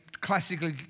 classically